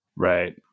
Right